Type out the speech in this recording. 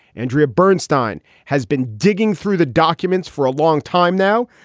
andrea bernstine has been digging through the documents for a long time now.